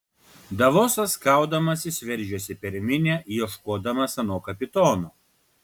davosas kaudamasis veržėsi per minią ieškodamas ano kapitono